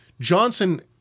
Johnson